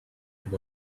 had